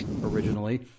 originally